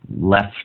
left